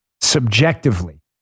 subjectively